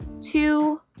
two